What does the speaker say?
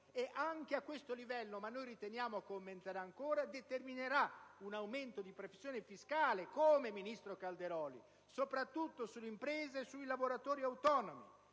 anche a questo livello - ma noi riteniamo che aumenterà ancora - determinerà un aumento di pressione fiscale eccome, ministro Calderoli, soprattutto sulle imprese e sui lavoratori autonomi.